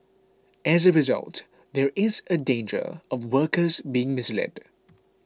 as a result there is a danger of workers being misled